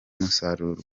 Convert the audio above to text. umusaruro